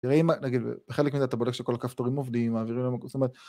נגיד, בחלק מזה אתה בודק שכל הכפתורים עובדים,... זאת אומרת...